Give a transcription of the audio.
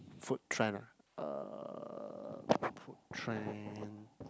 food trend ah uh food trend